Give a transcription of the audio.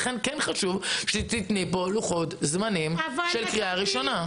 לכן חשוב שתיתני כאן לוחות זמנים לקריאה ראשונה.